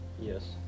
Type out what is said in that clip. Yes